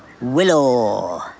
Willow